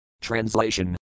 Translation